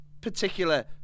particular